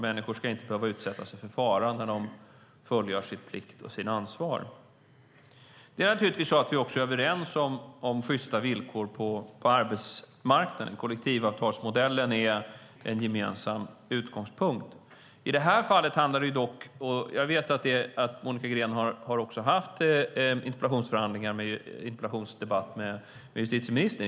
Människor ska inte behöva utsättas för fara när de fullgör sin plikt och sitt ansvar. Vi är också överens om sjysta villkor på arbetsmarknaden. Kollektivavtalsmodellen är en gemensam utgångspunkt. Jag vet att Monica Green har haft interpellationsdebatter med justitieministern.